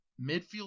Midfield